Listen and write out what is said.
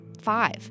five